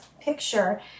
picture